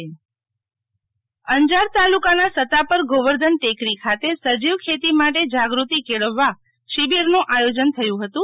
શીતલ વૈશ્નવ સતાપર અંજાર તાલુકાનાં સતાપર ગોવર્ધન ટેકરી ખાતે સજીવ ખેતી માટે જાગૃતિ કેળવવા શિબિર નું આયોજન થયું હતું